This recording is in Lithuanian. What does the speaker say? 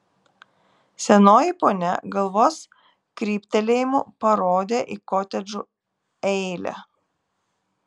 senoji ponia galvos kryptelėjimu parodė į kotedžų eilę